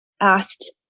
asked